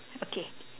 okay